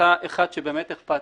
ואתה אחד שהוא באמת אכפתי.